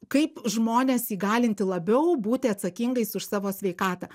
kaip žmones įgalinti labiau būti atsakingais už savo sveikatą